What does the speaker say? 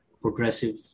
progressive